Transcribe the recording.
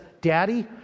Daddy